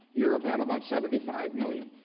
europe had about seventy five million.